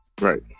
Right